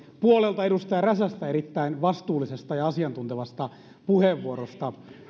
puolelta edustaja räsästä erittäin vastuullisesta ja asiantuntevasta puheenvuorosta